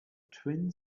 twin